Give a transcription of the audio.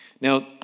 Now